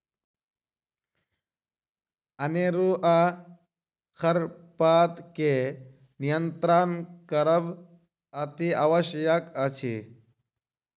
अनेरूआ खरपात के नियंत्रण करब अतिआवश्यक अछि